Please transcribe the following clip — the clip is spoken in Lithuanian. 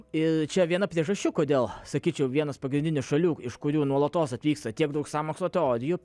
ir čia viena priežasčių kodėl sakyčiau vienas pagrindinių šalių iš kurių nuolatos atvyksta tiek daug sąmokslo teorijų